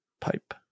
pipe